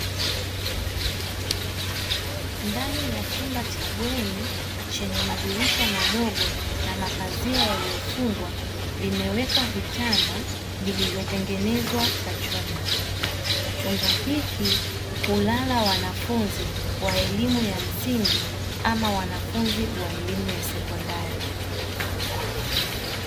Ndani ya chumba cha bweni chenye madirisha madogo na mapazia yaliyofungwa, vimewekwa vitanda vilivyotengenezwa kwa chuma. Chumba hiki hulala wanafunzi wa elimu ya msingi ama wanafunzi wa elimu ya sekondari.